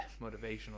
motivational